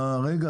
אנחנו רוצים